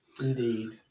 Indeed